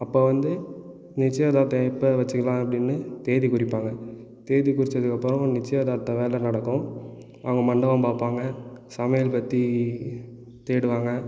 அப்போ வந்து நிச்சயதார்த்தம் எப்போ வச்சுக்கலாம் அப்படினு தேதி குறிப்பாங்க தேதி குறிச்சதுக்குப்புறம் நிச்சயதார்த்த வேலை நடக்கும் அவங்க மண்டபம் பார்ப்பாங்க சமையல் பற்றி தேடுவாங்க